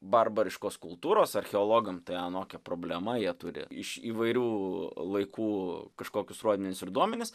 barbariškos kultūros archeologam tai anokia problema jie turi iš įvairių laikų kažkokius rodmenis ir duomenis